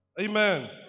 Amen